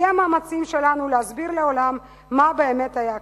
בשיא המאמצים שלנו להסביר לעולם מה באמת היה כאן.